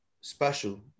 special